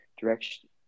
direction